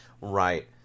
Right